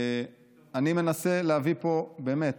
אני מנסה להביא פה, באמת